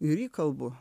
ir įkalbu